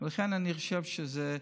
לכן, אני חושב שזה,